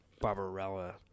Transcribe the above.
Barbarella